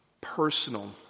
personal